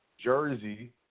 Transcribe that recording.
Jersey